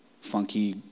funky